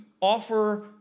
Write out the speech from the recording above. offer